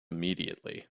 immediately